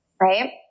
Right